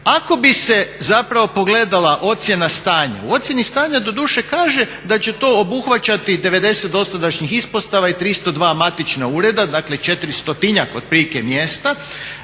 Ako bi se zapravo pogledala ocjena stanja u ocjeni stanja doduše kaže da će to obuhvaćati 90 dosadašnjih ispostava i 302 matična ureda, dakle 400-njak otprilike mjesta